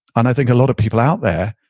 and i think a lot of people out there,